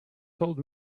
told